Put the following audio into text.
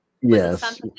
Yes